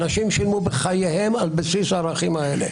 אנשים שילמו בחייהם על בסיס הערכים האלה,